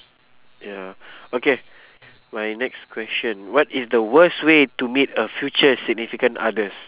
ya okay my next question what is the worst way to meet a future significant others